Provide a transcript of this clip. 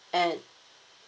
and